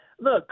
Look